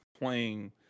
playing